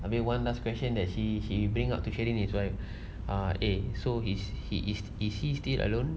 I mean one last question that she she bring up to sheryn is like uh eh so is he is is he still alone